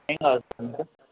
ఏం కావాలి సార్ మీకు